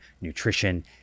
nutrition